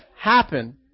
happen